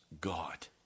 God